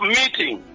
meeting